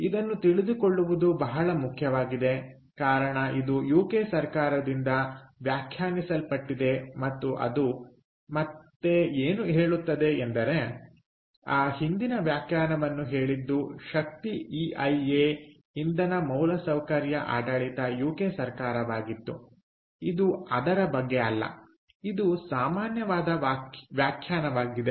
ಇದನ್ನು ತಿಳಿದುಕೊಳ್ಳುವುದು ಬಹಳ ಮುಖ್ಯವಾಗಿದೆ ಕಾರಣ ಇದು ಯುಕೆ ಸರ್ಕಾರದಿಂದ ವ್ಯಾಖ್ಯಾನಿಸಲ್ಪಟ್ಟಿದೆ ಮತ್ತು ಅದು ಮತ್ತೆ ಏನು ಹೇಳುತ್ತದೆ ಎಂದರೆಆ ಹಿಂದಿನ ವ್ಯಾಖ್ಯಾನವನ್ನು ಹೇಳಿದ್ದು ಶಕ್ತಿ ಇಐಎ ಇಂಧನ ಮೂಲಸೌಕರ್ಯ ಆಡಳಿತ ಯುಕೆ ಸರ್ಕಾರವಾಗಿತ್ತು ಇದು ಅದರ ಬಗ್ಗೆ ಅಲ್ಲ ಇದು ಸಾಮಾನ್ಯವಾದ ವ್ಯಾಖ್ಯಾನವಾಗಿದೆ